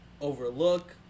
Overlook